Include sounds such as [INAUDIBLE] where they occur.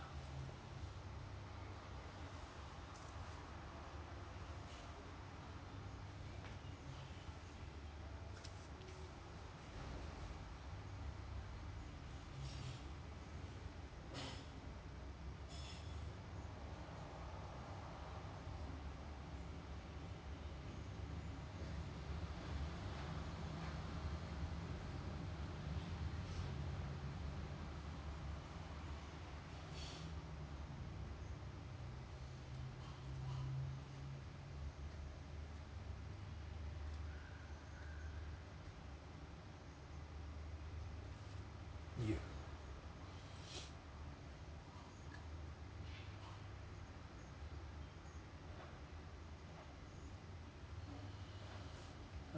you [NOISE]